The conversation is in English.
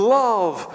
love